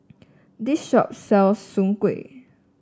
this shop sells Soon Kuih